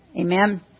Amen